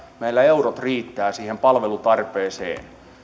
meillä eurot riittävät siihen palvelutarpeeseen